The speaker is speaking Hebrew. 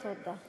תודה.